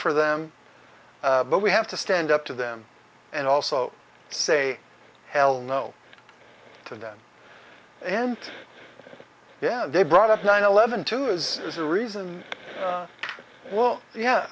for them but we have to stand up to them and also say hell no to them and yeah they brought up nine eleven two is the reason well yeah